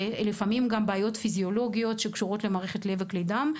לפעמים גם על בעיות פיזיולוגיות שקשורות למערכת הלב וכלי הדם,